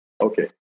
Okay